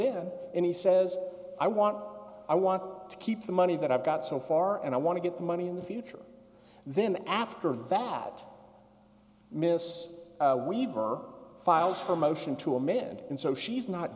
in and he says i want i want to keep the money that i've got so far and i want to get the money in the future then after that miss weaver files her motion to amend and so she's not